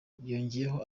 yongeyeho